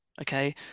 Okay